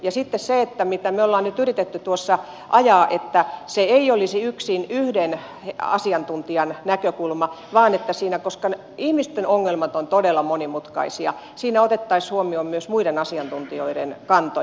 ja sitten se mitä me olemme nyt yrittäneet tuossa ajaa että se ei olisi yksin yhden asiantuntijan näkökulma koska ihmisten ongelmat ovat todella monimutkaisia vaan siinä otettaisiin huomioon myös muiden asiantuntijoiden kantoja